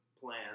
plan